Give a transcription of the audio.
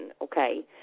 okay